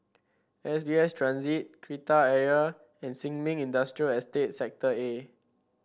S B S Transit Kreta Ayer and Sin Ming Industrial Estate Sector A